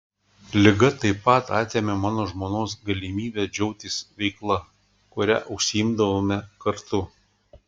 liga taip pat atėmė mano žmonos galimybę džiaugtis veikla kuria užsiimdavome kartu